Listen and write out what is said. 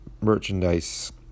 merchandise